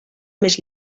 més